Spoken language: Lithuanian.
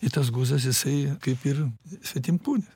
i tas guzas jisai kaip ir svetimkūnis